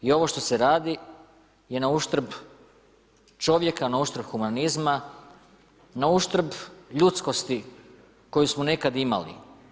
I ovo što se radi je na uštrb čovjeka, na uštrb humanzima, na uštrb ljudskosti koju smo nekad imali.